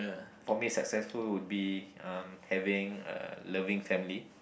for me successful would be um having a loving family